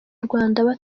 rwanda